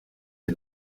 are